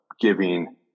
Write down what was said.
giving